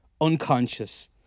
unconscious